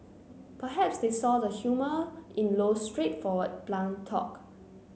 perhaps they saw the humour in Low's straightforward blunt talk